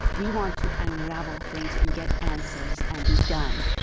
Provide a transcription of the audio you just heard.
we want to unravel things and get answers and be done,